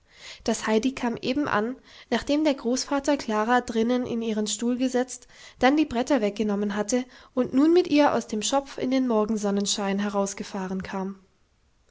das heidi kam eben an nachdem der großvater klara drinnen in ihren stuhl gesetzt dann die bretter weggenommen hatte und nun mit ihr aus dem schopf in den morgensonnenschein herausgefahren kam